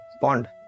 pond